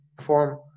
form